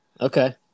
Okay